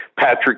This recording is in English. Patrick